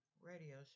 radio